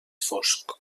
fosc